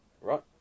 Right